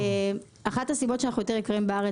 אחת הסיבות לעליית המחירים היא